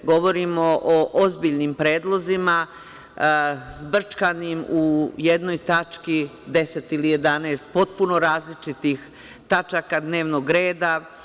Govorimo o ozbiljnim predlozima, zbrčkanim u jednoj tački deset ili jedanaest potpuno različitih tačaka dnevnog reda.